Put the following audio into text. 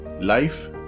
Life